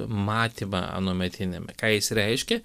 matymą anuometiniame ką jis reiškia